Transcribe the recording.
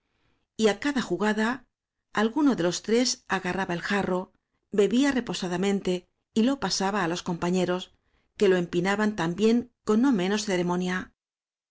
á cada ju gada alguno de los tres agarraba el jarro bebía reposadamente y lo pasaba á los compa ñeros que lo empinaban también con no menos ceremonia